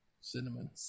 Cinnamon